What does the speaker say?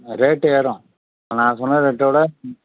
rate ஏறும் நான் சொன்ன ரேட்டை விட